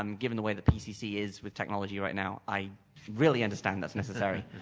um given the way that pcc is with technology right now, i really understand that's necessary.